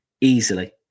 Easily